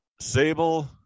Sable